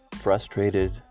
frustrated